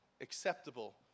acceptable